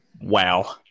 wow